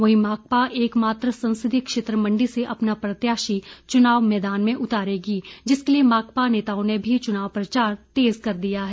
वहीं माकपा एक मात्र संसदीय क्षेत्र मंडी से अपना प्रत्याशी चुनाव मैदान में उतारेगी जिसके लिये माकपा नेताओं ने भी चुनाव प्रचार तेज कर दिया है